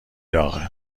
داغه